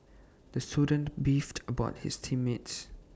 the student beefed about his team mates